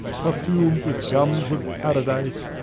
perfumed with gums of paradise,